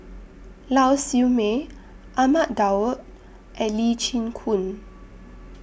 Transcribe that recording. Lau Siew Mei Ahmad Daud and Lee Chin Koon